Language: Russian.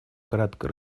кратко